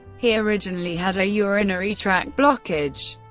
he originally had a urinary tract blockage,